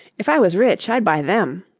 if i was rich i'd buy them.